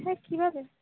হ্যাঁ কিভাবে